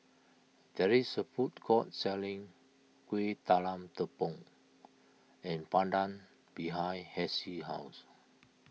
there is a food court selling Kueh Talam Tepong and Pandan behind Hessie's house